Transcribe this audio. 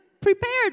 prepared